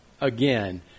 again